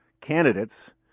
candidates